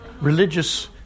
religious